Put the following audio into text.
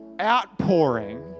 outpouring